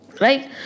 right